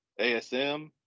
ASM